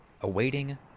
awaiting